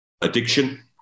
addiction